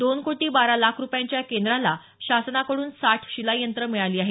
दोन कोटी बारा लाख रुपयांच्या या केंद्राला शासनाकडून साठ शिलाईयंत्र मिळाली आहेत